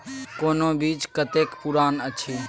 कोनो बीज कतेक पुरान अछि?